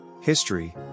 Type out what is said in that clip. History